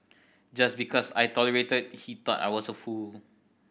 just because I tolerated he thought I was a fool